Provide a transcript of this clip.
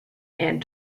anne